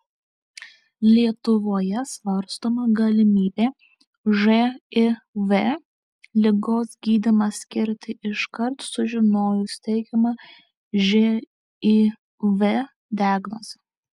lietuvoje svarstoma galimybė živ ligos gydymą skirti iškart sužinojus teigiamą živ diagnozę